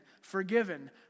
forgiven